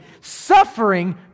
Suffering